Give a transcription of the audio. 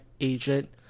agent